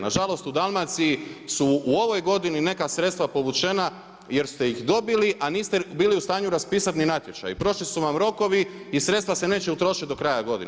Na žalost u Dalmaciji su u ovoj godini neka sredstva povućena jer ste ih dobili a niste bili u stanju niti raspisati ni natječaj i prošli su vam rokovi i sredstva se neće utrošiti do kraja godine.